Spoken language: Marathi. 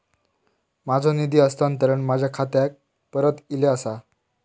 माझो निधी हस्तांतरण माझ्या खात्याक परत इले आसा